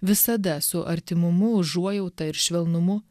visada su artimumu užuojauta ir švelnumu